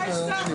לא אשכח.